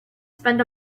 spend